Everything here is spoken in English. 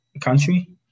country